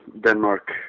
Denmark